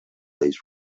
dates